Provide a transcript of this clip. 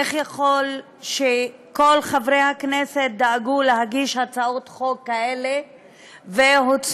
איך יכול להיות שכל חברי הכנסת דאגו להגיש הצעות חוק כאלה שהוצמדו,